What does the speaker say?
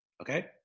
Okay